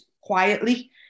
quietly